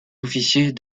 officiers